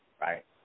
right